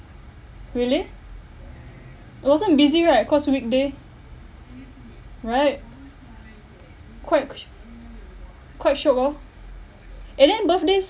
really it wasn't busy right cause weekday right quite qu~ quite shiok orh and then birthdays